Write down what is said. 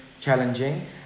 challenging